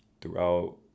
throughout